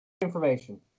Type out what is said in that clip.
information